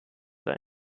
sein